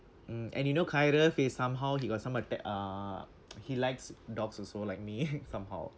um and you know he's somehow he got some attac~ uh he likes dogs also like me somehow